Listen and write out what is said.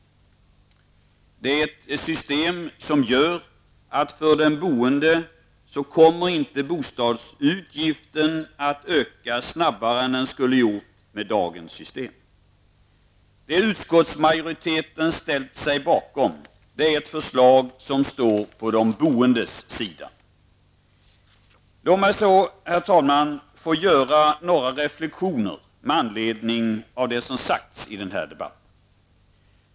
Det är ett system som gör att bostadsutgiften för den boende inte kommer att öka snabbare än den skulle ha gjort med dagens system. Vad utskottsmajoriteten har ställt sig bakom är ett förslag som står på de boendes sida. Så, herr talman, några reflexioner med anledning av det som har sagts i debatten här.